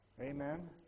Amen